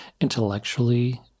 intellectually